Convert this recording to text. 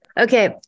Okay